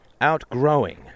outgrowing